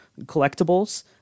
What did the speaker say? collectibles